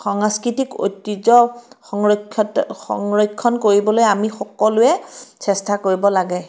সাংস্কৃতিক ঐতিহ্য সংৰক্ষত সংৰক্ষণ কৰিবলৈ আমি সকলোৱে চেষ্টা কৰিব লাগে